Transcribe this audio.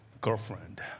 girlfriend